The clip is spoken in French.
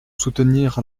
soutenir